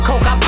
Coke